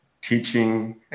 teaching